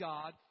God